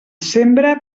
sembra